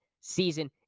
season